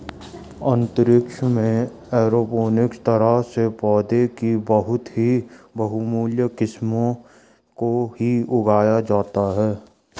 अंतरिक्ष में एरोपोनिक्स तरह से पौधों की बहुत ही बहुमूल्य किस्मों को ही उगाया जाता है